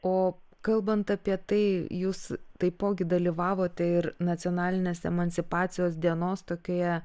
o kalbant apie tai jūs taipogi dalyvavote ir nacionalinės emancipacijos dienos tokioje